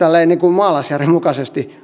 maalaisjärjen mukaisesti